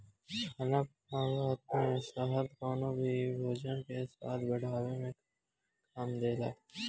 खाना बनावत में शहद कवनो भी भोजन के स्वाद बढ़ावे में काम देला